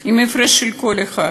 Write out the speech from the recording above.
עם הפרש של קול אחד,